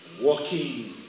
walking